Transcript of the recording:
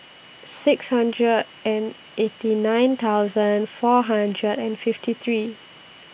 six hundred and eighty nine thousand four hundred and fifty three